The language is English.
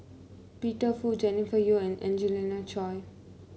Peter Fu Jennifer Yeo and Angelina Choy